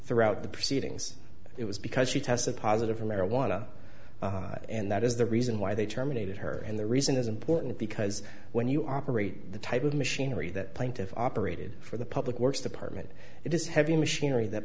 throughout the proceedings it was because she tested positive for marijuana and that is the reason why they terminated her and the reason is important because when you operate the type of machinery that plaintiff operated for the public works department it is heavy machinery that